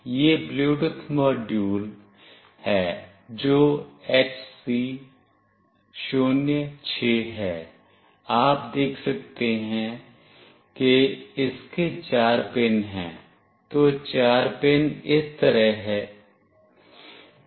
यह Bluetooth module है जो HC 06 है आप देख सकते हैं कि इसके चार पिन हैं तो चार पिन इस तरह से हैं